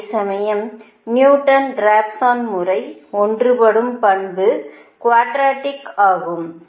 அதேசமயம் Newton Raphson முறை ஒன்று படும் பண்பு குவாட்ரிக் ஆகும்